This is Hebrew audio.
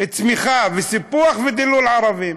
צמיחה, סיפוח ודילול ערבים.